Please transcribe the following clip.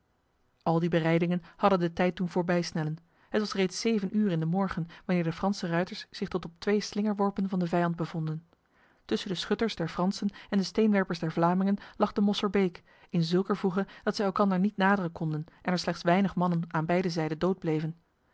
al die bereidingen hadden de tijd doen voorbijsnellen het was reeds zeven uur in de morgen wanneer de franse ruiters zich tot op twee slingerworpen van de vijand bevonden tussen de schutters der fransen en de steenwerpers der vlamingen lag de mosserbeek in zulker voege dat zij elkander niet naderen konden en er slechts weinig mannen aan beide zijden dood bleven